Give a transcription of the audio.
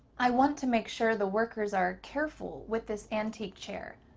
i want to make sure the workers are careful with this antique chair.